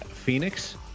Phoenix